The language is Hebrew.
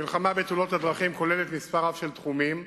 במלחמה בתאונות הדרכים נכלל מספר רב של תחומים,